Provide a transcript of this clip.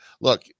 look